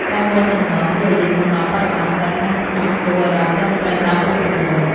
កែវវាស់ចំណុះ ជួយឱ្យយើងកំណត់បរិមាណទឹក និងទឹកដោះគោឱ្យបានត្រឹមត្រូវតាមរូបមន្ត។